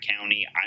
county